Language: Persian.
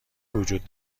وجود